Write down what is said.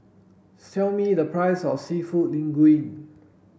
tell me the price of Seafood Linguine